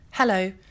Hello